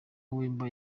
wemba